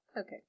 Okay